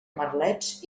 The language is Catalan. merlets